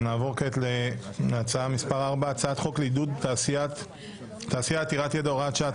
נעבור כעת להצעה מס' 4: הצעת חוק לעידוד תעשייה עתירת ידע (הוראת שעה),